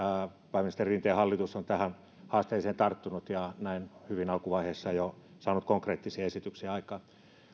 pääministeri rinteen hallitus on tähän haasteeseen tarttunut ja näin hyvin alkuvaiheessa jo saanut konkreettisia esityksiä aikaan